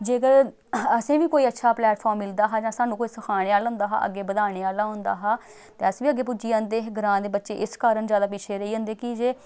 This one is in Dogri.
जेकर असें बी कोई अच्छा प्लैटफार्म मिलदा हा जां सानूं कोई सखाने आह्ला होंदा हा अग्गें बधाने आह्ला होंदा हा ते अस बी अग्गें पुज्जी जंदे हे ग्रांऽ दे बच्चे इस कारण जादा पिच्छे रेही जंदे की जे